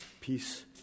peace